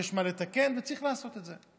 יש לתקן, וצריך לעשות את זה.